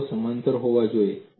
તેઓ સમાંતર હોવા જોઈએ